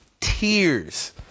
Tears